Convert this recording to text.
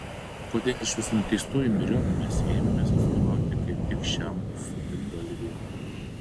kodėl iš visų nuteistųjų myriop mes ėmėmės atstovauti kaip tik šiam subingalviui